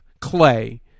Clay